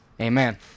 Amen